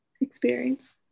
experience